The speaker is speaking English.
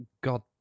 god